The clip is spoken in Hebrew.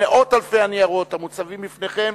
מאות אלפי הניירות המונחים לפניכם,